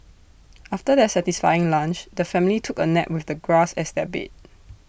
after their satisfying lunch the family took A nap with the grass as their bed